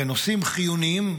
בנושאים חיוניים,